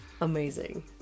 Amazing